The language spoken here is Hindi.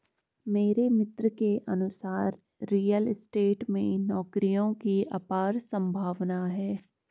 मेरे मित्र के अनुसार रियल स्टेट में नौकरियों की अपार संभावना है